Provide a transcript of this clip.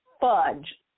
fudge